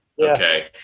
Okay